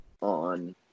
on